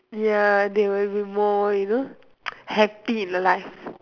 ya they will be more you know happy lah